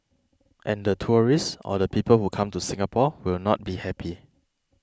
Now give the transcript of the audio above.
and the tourists or the people who come to Singapore will not be happy